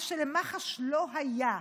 מה שלמח"ש לא היה.